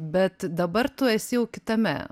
bet dabar tu esi jau kitame